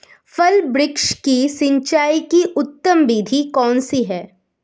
फल वृक्ष की सिंचाई की उत्तम विधि कौन सी है?